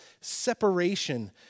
separation